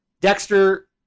Dexter